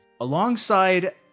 Alongside